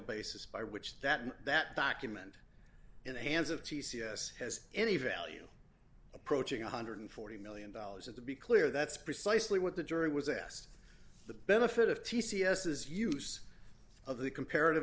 basis by which that that document in the hands of t c s has any value approaching one hundred and forty million dollars of the be clear that's precisely what the jury was asked the benefit of t c s his use of the comparative